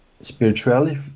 spirituality